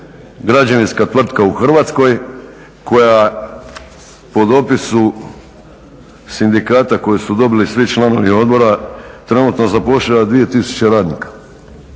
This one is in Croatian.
građevinska tvrtka u Hrvatskoj koja po dopisu sindikata koji su dobili svi članovi odbora trenutno zapošljava 2 tisuće radnika.